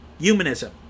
humanism